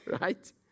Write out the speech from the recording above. right